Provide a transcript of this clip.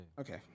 Okay